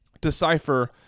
decipher